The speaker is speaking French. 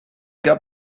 cas